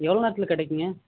எவ்வளோ நேரத்துலக் கிடைக்குங்க